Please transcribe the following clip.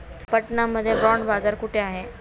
पटना मध्ये बॉंड बाजार कुठे आहे?